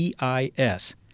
EIS